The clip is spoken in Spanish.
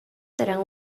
serán